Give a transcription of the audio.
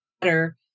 better